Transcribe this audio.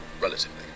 Relatively